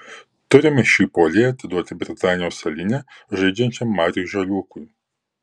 turime šį puolėją atiduoti britanijos salyne žaidžiančiam mariui žaliūkui